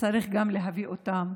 שצריך להביא גם אותן.